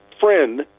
friend